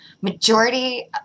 Majority